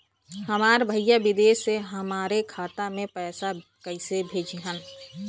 हमार भईया विदेश से हमारे खाता में पैसा कैसे भेजिह्न्न?